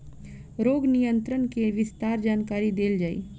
रोग नियंत्रण के विस्तार जानकरी देल जाई?